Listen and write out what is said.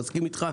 אני מסכים איתך.